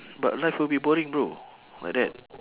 but life will be boring bro like that